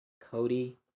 Cody